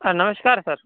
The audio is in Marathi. नमस्कार सर